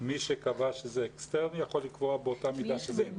מי שקבע שזה אקסטרני יכול לקבוע באותה מידה שזה אינטרני.